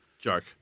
Joke